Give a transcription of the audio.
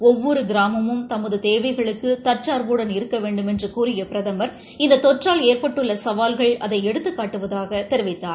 ஒவ்வொரு கிராமமும் தமது தேவைகளுக்கு தற்சார்புடன் இருக்க வேண்டும் என்று கூறிய பிரதம் இந்த தொற்றால் ஏற்பட்டுள்ள சவால்கள் அதை எடுத்துக்காட்டுவதாக தெரிவித்தார்